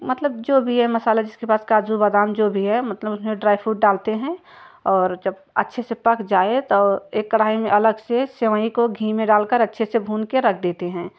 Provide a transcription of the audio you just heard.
मतलब जो भी है मसाला जिसके पास काजू बादाम जो भी है मतलब उसमें ड्राई फ्रुट डालते हैं और जब अच्छे से पक जाए तो एक कढ़ाई में अलग से सेवई को घी में डालकर अच्छे से भून के रख देते हैं